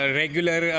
regular